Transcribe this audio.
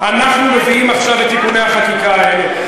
אנחנו מביאים עכשיו את תיקוני החקיקה האלה.